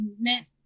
movement